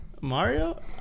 Mario